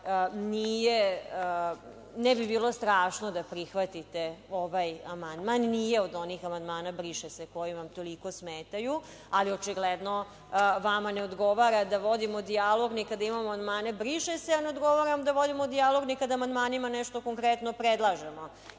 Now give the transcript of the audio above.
ne bi bilo strašno da prihvatite ovaj amandman. Nije od onih amandmana „briše se“, koji vam toliko smetaju, ali očigledno vama ne odgovara da vodimo dijalog ni kada imamo amandmane „briše se“, a ne odgovara vam da vodimo dijalog ni kada amandmanima nešto konkretno predlažemo.